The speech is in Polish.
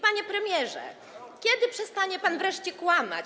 Panie premierze, kiedy przestanie pan wreszcie kłamać?